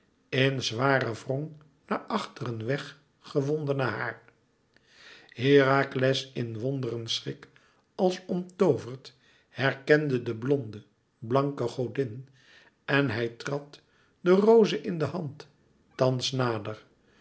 in zwaren wrong naar achteren weg gewondene haar herakles in wonderen schrik als omtooverd herkende de blonde blanke godin en hij trad de roze in de hand thans nader